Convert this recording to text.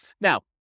Now